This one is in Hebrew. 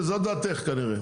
זו דעתך כנראה,